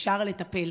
אפשר לטפל.